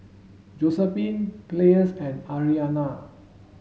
Josephine Pleas and Ariana